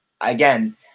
again